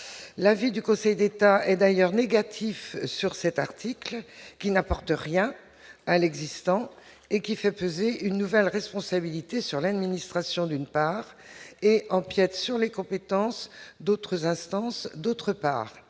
l'avis du Conseil d'État et d'ailleurs négatif sur cet article qui n'apporte rien à l'existant et qui fait peser une nouvelle responsabilité sur l'administration d'une part et empiète sur les compétences d'autres instances, d'autre part,